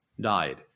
died